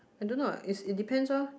I don't know ah is is depend orh